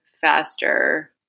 faster